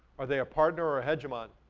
are they are partner or a hegemon?